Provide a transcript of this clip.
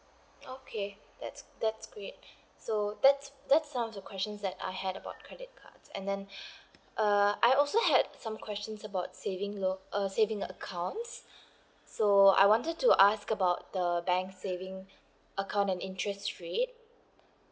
okay that's that's great so that's that sums the questions that I had about credit cards and then uh I also had some questions about saving low uh saving accounts so I wanted to ask about the banks saving account and interest rate